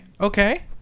okay